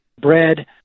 bread